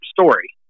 story